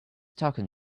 talking